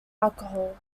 alcohol